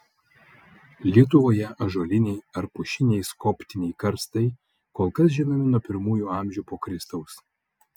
lietuvoje ąžuoliniai ar pušiniai skobtiniai karstai kol kas žinomi nuo pirmųjų amžių po kristaus